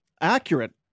Accurate